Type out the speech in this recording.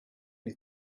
est